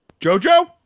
jojo